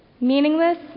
Meaningless